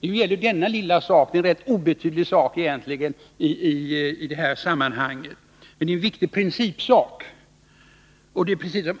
Det som nu diskuteras är en rätt obetydlig sak i sammanhanget, men det är en viktig principfråga.